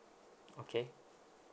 okay